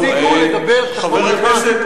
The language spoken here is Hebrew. תפסיקו לדבר שחור לבן.